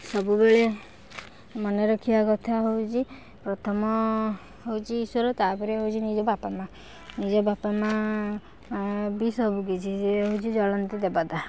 ସବୁବେଳେ ମନେ ରଖିବା କଥା ହଉଛି ପ୍ରଥମ ହଉଛି ଈଶ୍ୱର ତାପରେ ହଉଛି ନିଜ ବାପା ମାଆ ନିଜ ବାପା ମାଆ ବି ସବୁକିଛି ସେ ହଉଛି ଚଳନ୍ତି ଦେବତା